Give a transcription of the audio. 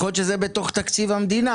יכול להיות שזה בוצע כבר בתוך תקציב המדינה.